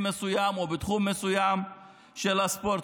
מסוים או בתחום מסוים של הספורט,